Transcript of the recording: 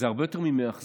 זה הרבה יותר ממאכזב,